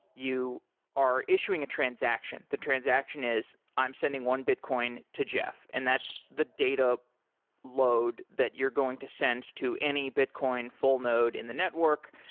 you are issuing issuing a transaction. that transaction is i'm sending one bitcoin to jeff and that's the data load that you're going to send to any bitcoin full node in the network.